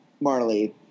Marley